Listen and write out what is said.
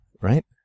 right